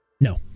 No